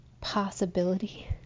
possibility